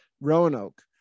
Roanoke